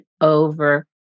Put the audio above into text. over